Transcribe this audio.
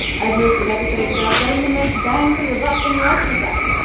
i've hosted episodes about getting the most bang for your buck when you exercise,